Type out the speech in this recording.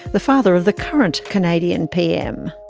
the father of the current canadian pm.